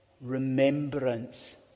remembrance